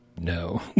no